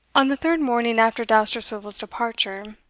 on the third morning after dousterswivel's departure,